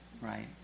right